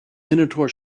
minotaur